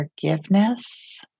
forgiveness